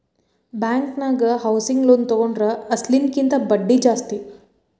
ಬ್ಯಾಂಕನ್ಯಾಗ housing loan ತಗೊಂಡ್ರ ಅಸ್ಲಿನ ಕಿಂತಾ ಬಡ್ದಿ ಜಾಸ್ತಿ